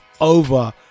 over